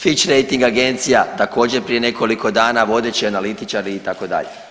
Fitch Ratings agencija također prije nekoliko dana, vodeći analitičari itd.